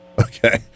okay